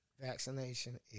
vaccination